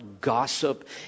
gossip